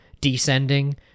descending